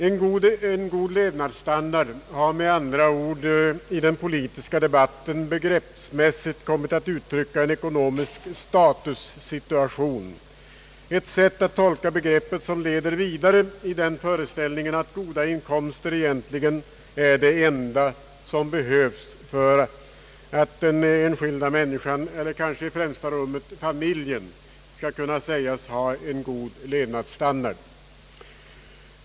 En god levnadsstandard har med andra ord i den politiska debatten begreppsmässigt kommit att uttrycka en ekonomisk statussituation, ett sätt att tolka begreppet som leder vidare till den föreställningen, att goda inkomster egentligen är det enda som behövs för att den enskilda människan — eller kanske i främsta rummet familjen — skall kunna sägas ha en god levnadsstandard.